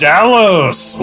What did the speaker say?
Dallas